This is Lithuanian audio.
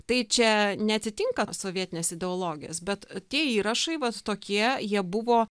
tai čia neatitinka sovietinės ideologijos bet tie įrašai vat tokie jie buvo